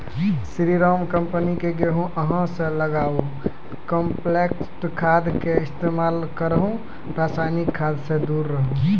स्री Ram company के गेहूँ अहाँ सब लगाबु कम्पोस्ट खाद के इस्तेमाल करहो रासायनिक खाद से दूर रहूँ?